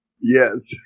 Yes